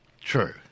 true